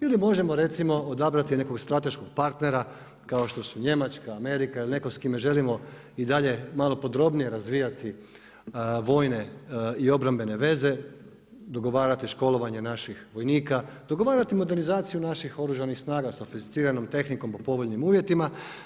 Ili možemo recimo odabrati nekog strateškog partnera, kao što su Njemačka, Amerika ili netko s kime želimo i dalje malo podrobnije razvijati vojne i obrambene veze, dogovarati školovanje naših vojnika, dogovarati modernizaciju naših Oružanih snaga sofisticiranom tehnikom po povoljnim uvjetima.